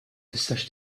tistax